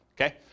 okay